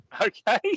okay